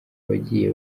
abagiye